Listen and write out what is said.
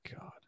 god